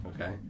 Okay